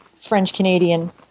French-Canadian